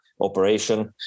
operation